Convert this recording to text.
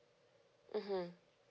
mmhmm